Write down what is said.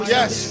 Yes